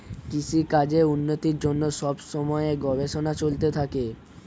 কৃষিকাজের উন্নতির জন্যে সব সময়ে গবেষণা চলতে থাকে